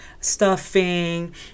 stuffing